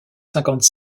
cinquante